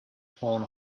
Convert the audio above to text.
horn